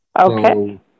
Okay